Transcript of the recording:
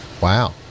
Wow